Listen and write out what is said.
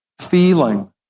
Feeling